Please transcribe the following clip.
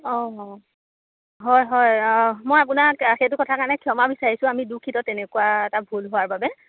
অ' হয় হয় মই আপোনাক সেইটো কথা কাৰণে ক্ষমা বিচাৰিছোঁ আমি দুঃখিত তেনেকুৱা এটা ভুল হোৱাৰ বাবে